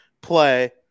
play